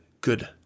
good